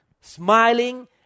smiling